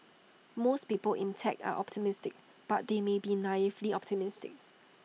most people in tech are optimistic but they may be naively optimistic